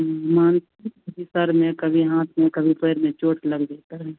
हुँ मानते हैं कि कभी सर में कभी हाथ में कभी पैर में चोट लगबे करेगा